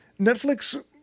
Netflix